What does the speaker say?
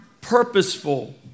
purposeful